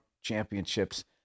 championships